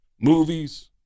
Movies